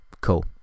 cool